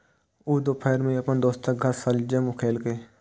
ऊ दुपहर मे अपन दोस्तक घर शलजम खेलकै